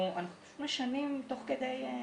אנחנו משנים תוך כדי תנועה.